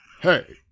Hey